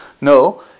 No